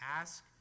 ask